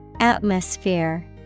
Atmosphere